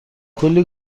کلی